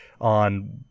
on